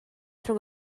rhwng